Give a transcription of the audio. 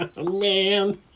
Man